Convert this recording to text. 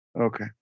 okay